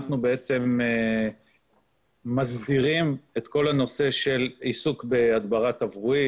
אנחנו בעצם מסדירים את הנושא של עיסוק בהדברה תברואית.